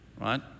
Right